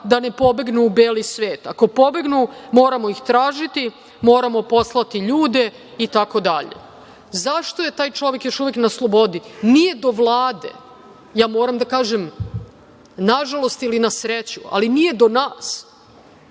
da ne pobegnu u beli svet. Ako pobegnu, moramo ih tražiti, moramo poslati ljude itd.“.Zašto je taj čovek još uvek na slobodi? Nije do Vlade. Moram da kažem, nažalost ili na sreću, ali nije do nas,